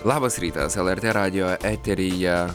labas rytas lrt radijo eteryje